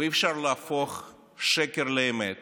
אי-אפשר להפוך שקר לאמת